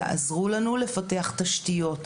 תעזרו לנו לפתח תשתיות